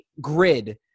grid